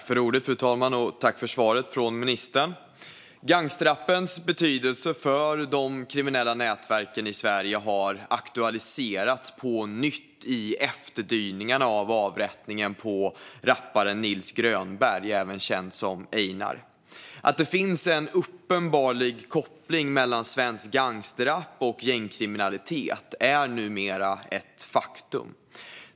Fru talman! Jag tackar för svaret från ministern. Gangsterrappens betydelse för de kriminella nätverken i Sverige har aktualiserats på nytt i efterdyningarna av avrättningen av rapparen Nils Grönberg, även känd som Einár. Att det finns en uppenbar koppling mellan svensk gangsterrap och gängkriminalitet är numera ett faktum.